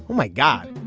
my god.